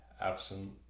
absent